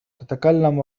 تتكلم